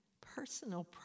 personal